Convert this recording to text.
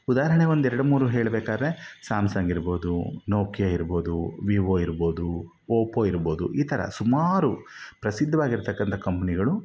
ಉದಾಹರಣೆ ಒಂದೆರಡು ಮೂರು ಹೇಳ್ಬೇಕಾದ್ರೆ ಸ್ಯಾಮ್ಸಂಗ್ ಇರ್ಬೋದು ನೋಕ್ಯಾ ಇರ್ಬೋದು ವಿವೋ ಇರ್ಬೋದು ಓಪೊ ಇರ್ಬೋದು ಈ ಥರ ಸುಮಾರು ಪ್ರಸಿದ್ಧವಾಗಿರ್ತಕ್ಕಂಥ ಕಂಪ್ನಿಗಳು